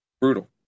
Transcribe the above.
Brutal